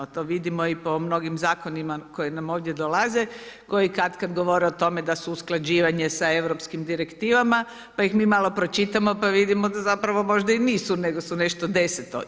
To vidimo po mnogim zakonima koji nam ovdje dolaze koji katkad govore o tome da su usklađivanja s europskim direktivama pa ih malo pročitamo i vidimo da zapravo možda i nisu nego su nešto deseto.